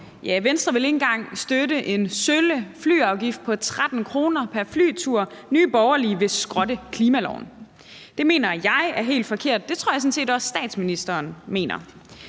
Venstre ville ikke engang støtte en sølle flyafgift på 13 kr. pr. tur, og Nye Borgerlige vil skrotte klimaloven. Det mener jeg er helt forkert, og det tror jeg sådan set også statsministeren mener.